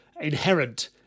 inherent